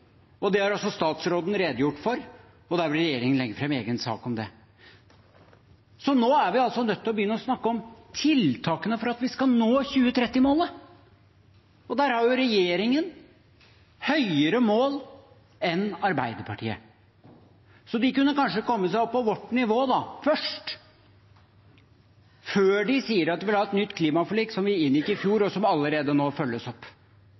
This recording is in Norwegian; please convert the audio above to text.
Det har også statsråden redegjort for, og regjeringen vil legge fram en egen sak om det. Nå er vi nødt til å begynne å snakke om tiltakene for at vi skal nå 2030-målet, og der har regjeringen høyere mål enn Arbeiderpartiet. De kunne kanskje først kommet seg opp på vårt nivå, før de sier de vil ha et nytt klimaforlik – som vi inngikk i fjor, og som allerede følges opp.